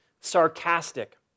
sarcastic